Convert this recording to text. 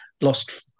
lost